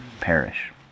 perish